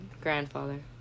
grandfather